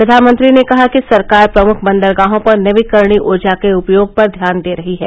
प्रधानमंत्री ने कहा कि सरकार प्रमुख बंदरगाहों पर नवीकरणीय ऊर्जा के उपयोग पर ध्यान दे रही है